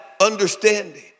understanding